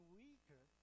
weaker